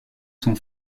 son